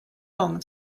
long